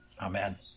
amen